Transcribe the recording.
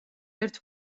ერთ